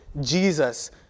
Jesus